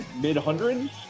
mid-hundreds